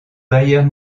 bayern